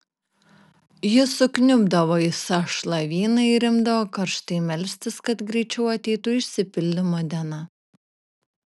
jis sukniubdavo į sąšlavyną ir imdavo karštai melstis kad greičiau ateitų išsipildymo diena